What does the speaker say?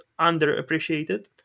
underappreciated